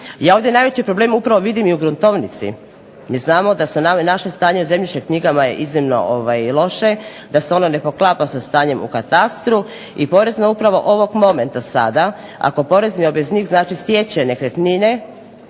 Ja ovdje najveći problem upravo vidim i u gruntovnici. Mi znamo da naše stanje u zemljišnim knjigama je iznimno loše, da se ono ne poklapa sa stanjem u katastru i Porezna uprava ovog momenta sada ako porezni obveznik znači stječe nekretnine,